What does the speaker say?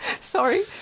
sorry